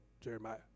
Jeremiah